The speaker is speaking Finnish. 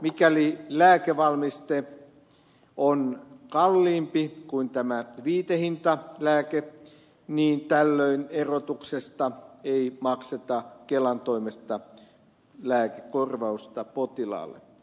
mikäli lääkevalmiste on kalliimpi kuin viitehintalääke tällöin erotuksesta ei makseta kelan toimesta lääkekorvausta potilaalle